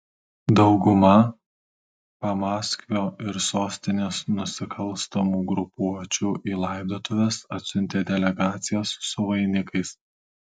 dauguma pamaskvio ir sostinės nusikalstamų grupuočių į laidotuves atsiuntė delegacijas su vainikais